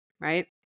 right